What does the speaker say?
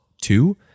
two